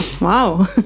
wow